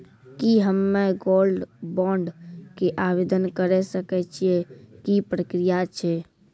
की हम्मय gold bond के आवदेन करे सकय छियै, की प्रक्रिया छै?